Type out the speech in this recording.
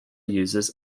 uses